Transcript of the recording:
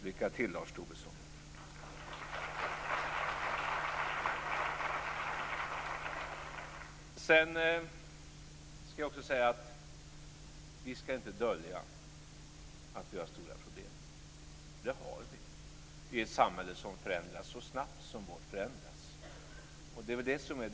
Lycka till, Lars Tobisson! Jag ska också säga att vi inte ska dölja att vi har stora problem. Det har vi i ett samhälle som förändras så snabbt som vårt gör.